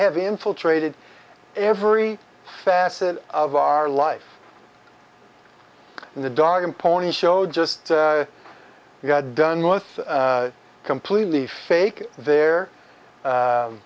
have infiltrated every facet of our life and the dog and pony show just got done with completely fake there